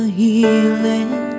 healing